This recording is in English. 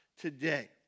today